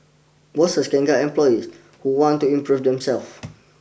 bosses can guide employees who want to improve themselves